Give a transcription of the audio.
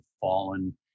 fallen